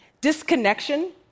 Disconnection